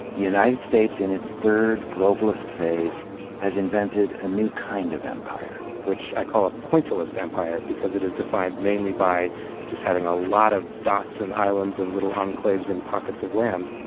the united states in its third, globalist phase has invented a new kind of empire. which i call a pointillist empire, because it is defined mainly by just having a lot of dots and islands and little enclaves and pockets of land.